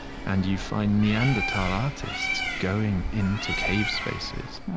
and you find neanderthal artists going into cave spaces,